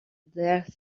there